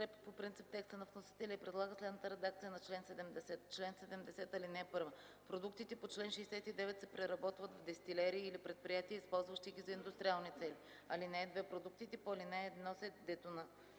Продуктите по чл. 69 се преработват в дестилерии или предприятия, използващи ги за индустриални цели. (2) Продуктите по ал. 1 се денатурират